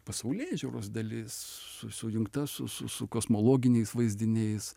pasaulėžiūros dalis su sujungta su su su kosmologiniais vaizdiniais